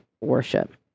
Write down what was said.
worship